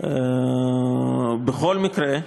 בכל מקרה,